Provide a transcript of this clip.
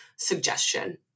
suggestion